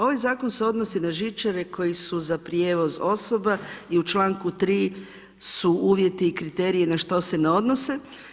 Ovaj zakon se odnosi na žičare koje su za prijevoz osoba i u članku 3. su uvjeti i kriteriji na što se ne odnose.